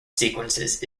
sequences